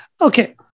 Okay